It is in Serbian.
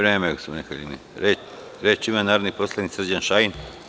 Reč ima narodni poslanik Srđan Šajn.